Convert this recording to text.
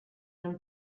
non